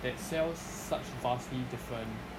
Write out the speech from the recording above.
that sells such vastly different